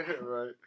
right